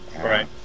Right